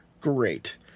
Great